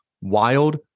WILD